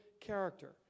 character